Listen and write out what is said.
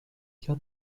gaat